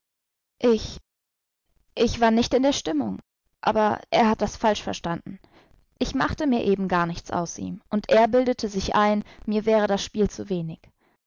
ich ich war nicht in der stimmung aber er hat das falsch verstanden ich machte mir eben gar nichts aus ihm und er bildete sich ein mir wäre das spiel zu wenig